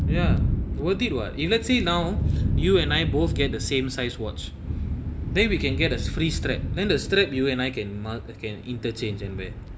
ya worth it [what] if let's say now you and I both get the same size once then we can get us free strap then the strip you and I can month again interchange and wear